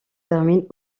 terminent